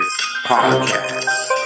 Podcast